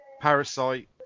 Parasite